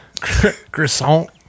croissant